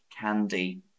candy